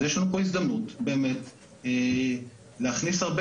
אז יש לנו פה הזדמנות באמת להכניס הרבה